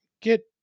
get